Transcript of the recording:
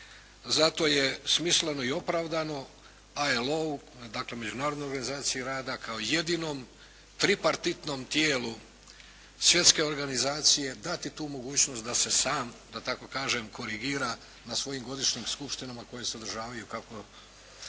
Zato je smisleno i opravdano ILO, dakle Međunarodnoj organizaciji rada kao jedinom tripartitnom tijelu svjetske organizacije dati tu mogućnost da se sam da tako kažem korigira na svojim godišnjim skupštinama koje se održavaju koliko